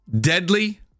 deadly